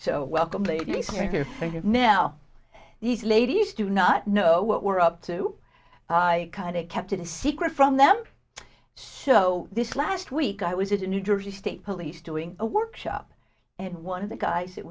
so welcome ladies here have now these ladies do not know what we're up to i kind of kept it a secret from them so this last week i was it in new jersey state police doing a workshop and one of the guys